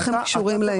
אז איך הם קשורים לעניין?